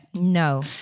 No